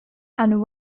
and